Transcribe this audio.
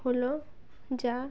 হলো যা